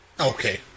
Okay